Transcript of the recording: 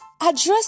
Address